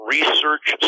Research